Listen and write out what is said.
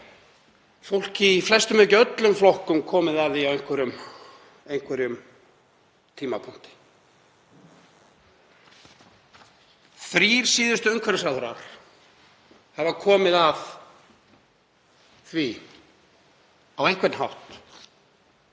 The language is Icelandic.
Fólk í flestum ef ekki öllum flokkum hefur komið að því á einhverjum tímapunkti. Þrír síðustu umhverfisráðherrar hafa komið að því á einhvern hátt